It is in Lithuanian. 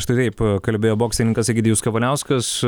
štai taip kalbėjo boksininkas egidijus kavaliauskas